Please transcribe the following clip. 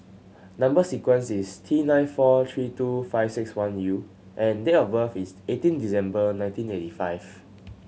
number sequence is T nine four three two five six one U and date of birth is eighteen December nineteen eighty five